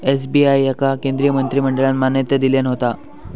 SBI याका केंद्रीय मंत्रिमंडळान मान्यता दिल्यान होता